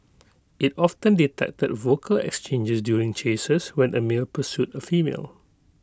IT often detected vocal exchanges during chases when A male pursued A female